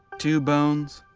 two bones,